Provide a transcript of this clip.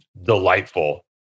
delightful